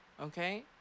Okay